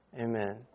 Amen